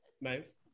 Nice